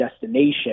destination